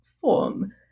form